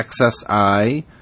XSI